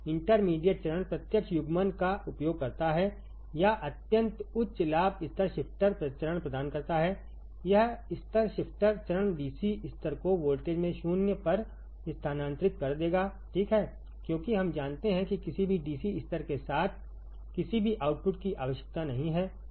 intermediate चरण प्रत्यक्ष युग्मन का उपयोग करता है या अत्यंत उच्च लाभ स्तर शिफ्टर चरण प्रदान करता है यह स्तर शिफ्टर चरण डीसी स्तर को वोल्टेज में 0 पर स्थानांतरित कर देगा ठीक है क्योंकि हम जानते हैं कि किसी भी डीसी स्तर के साथ किसी भी आउटपुट की आवश्यकता नहीं है